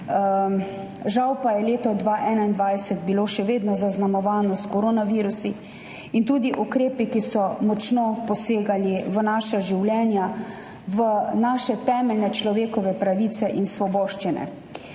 Žal pa je bilo leto 2021 še vedno zaznamovano s koronavirusom in tudi ukrepi, ki so močno posegali v naša življenja, v naše temeljne človekove pravice in svoboščine.